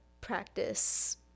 practice